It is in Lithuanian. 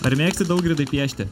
ar mėgsti daugirdai piešti